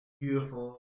Beautiful